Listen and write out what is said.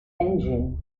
engine